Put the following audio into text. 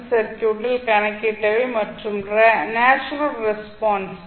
C சர்க்யூட்டில் கணக்கிட்டவை மற்றும் நேச்சுரல் ரெஸ்பான்ஸ்